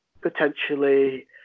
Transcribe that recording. potentially